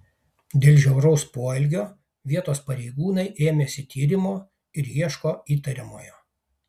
dėl žiauraus poelgio vietos pareigūnai ėmėsi tyrimo ir ieško įtariamojo